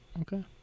Okay